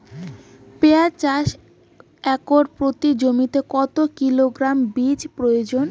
পেঁয়াজ চাষে একর প্রতি জমিতে কত কিলোগ্রাম বীজের প্রয়োজন?